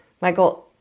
Michael